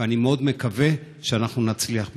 ואני מאוד מקווה שאנחנו נצליח בזה.